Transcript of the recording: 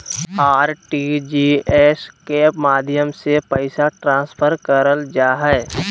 RTGS के माध्यम से पैसा ट्रांसफर करल जा हय